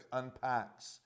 unpacks